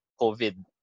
COVID